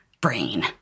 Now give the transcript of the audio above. brain